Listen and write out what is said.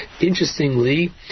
interestingly